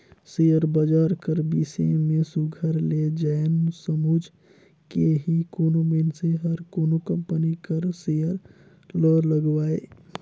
share बजार कर बिसे में सुग्घर ले जाएन समुझ के ही कोनो मइनसे हर कोनो कंपनी कर सेयर ल लगवाए